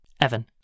Evan